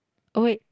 oh wait